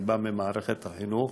אני בא ממערכת החינוך,